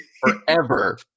forever